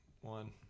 one